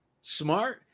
smart